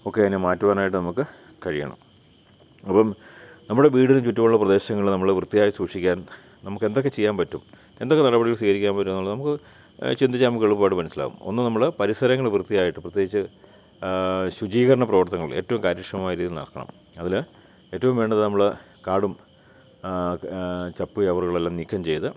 ഒക്കെ അതിനെ മാറ്റുവാനായിട്ട് നമുക്ക് കഴിയണം അപ്പം നമ്മുടെ വീടിന് ചുറ്റുമുള്ള പ്രദേശങ്ങൾ നമ്മൾ വൃത്തിയായി സൂക്ഷിക്കാൻ നമുക്കെന്തൊക്കെ ചെയ്യാൻ പറ്റും എന്തൊക്കെ നടപടികൾ സ്വീകരിക്കാൻ പറ്റും എന്നുള്ളത് നമുക്ക് ചിന്തിച്ചാൽ നമുക്കെളുപ്പമായിട്ട് മനസ്സിലാവും ഒന്ന് നമ്മൾ പരിസരങ്ങൾ വൃത്തിയായിട്ട് പ്രത്യേകിച്ച് ശുചീകരണ പ്രവർത്തനങ്ങൾ ഏറ്റവും കാര്യക്ഷമമായ രീതിയിൽ നടക്കണം അതിന് ഏറ്റവും വേണ്ടത് നമ്മൾ കാടും ചപ്പുചവറുകളെല്ലാം നീക്കം ചെയ്ത്